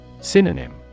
Synonym